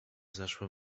zaszło